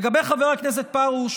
לגבי חבר הכנסת פרוש,